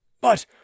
But